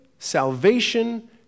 Salvation